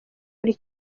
buri